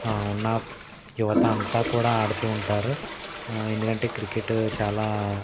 ఉన్న యువత అంతా కూడా ఆడుతూ ఉంటారు ఎందుకంటే క్రికెట్టు చాలా